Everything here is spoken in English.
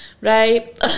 right